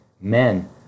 men